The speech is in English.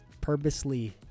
purposely